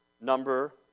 number